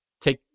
Take